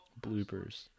Bloopers